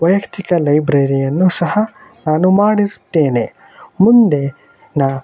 ವೈಯಕ್ತಿಕ ಲೈಬ್ರರಿಯನ್ನು ಸಹ ನಾನು ಮಾಡಿರುತ್ತೇನೆ ಮುಂದೆ ನಾನು